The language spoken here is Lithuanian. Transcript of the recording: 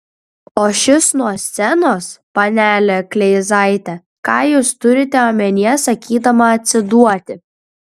o šis nuo scenos panele kleizaite ką jūs turite omenyje sakydama atsiduoti